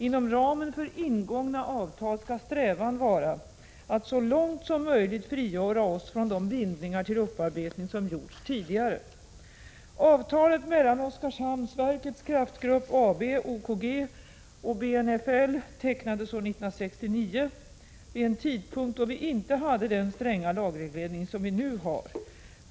Inom ramen för ingångna avtal skall strävan vara att så långt som möjligt frigöra oss från de bindningar till upparbetning som gjorts tidigare. Avtalet mellan Oskarshamnsverkets Kraftgrupp AB och BNFL tecknades år 1969 vid en tidpunkt då vi inte hade den stränga lagreglering som vi nu har.